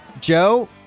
Joe